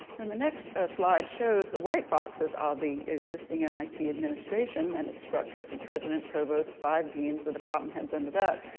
and the next slide shows, the white boxes are the existing mit administration and its structure, from president, provost, five deans, the department heads under that,